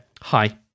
Hi